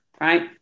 right